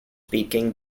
speaking